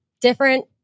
different